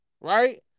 right